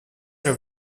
are